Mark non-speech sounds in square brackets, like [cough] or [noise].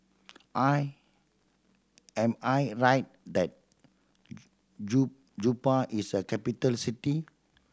I am I right that [unintelligible] Juba is a capital city